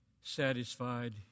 satisfied